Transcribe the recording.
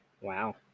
Wow